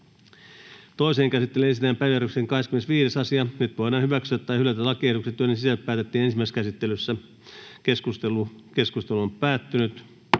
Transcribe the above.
Toiseen käsittelyyn esitellään päiväjärjestyksen 11. asia. Nyt voidaan hyväksyä tai hylätä lakiehdotukset, joiden sisällöstä päätettiin ensimmäisessä käsittelyssä. — Keskustelu, edustaja